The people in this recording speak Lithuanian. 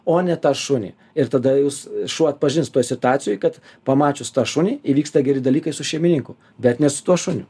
o ne tą šunį ir tada jūs šuo atpažins toj situacijoj kad pamačius tą šunį įvyksta geri dalykai su šeimininku bet ne su tuo šuniu